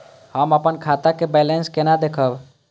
हम अपन खाता के बैलेंस केना देखब?